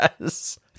yes